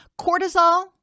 Cortisol